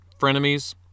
Frenemies